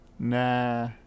nah